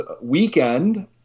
Weekend